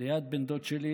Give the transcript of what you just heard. ליד בן דוד שלי.